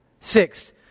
Six